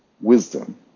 wisdom